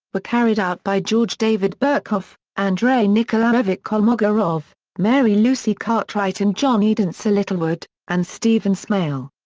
were carried out by george david birkhoff, andrey nikolaevich kolmogorov, mary lucy cartwright and john edensor littlewood, and stephen smale.